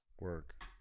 Work